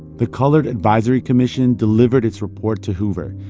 the colored advisory commission delivered its report to hoover,